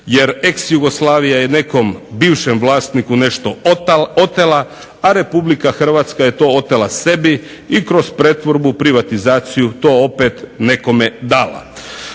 Jer ex-Jugoslavija je nekom bivšem vlasniku nešto otela, a RH je to otela sebi i kroz pretvorbu i privatizaciju to opet nekome dala.